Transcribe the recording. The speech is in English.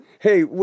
Hey